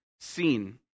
seen